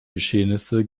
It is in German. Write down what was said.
geschehnisse